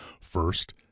First